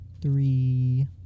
three